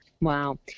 Wow